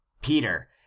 peter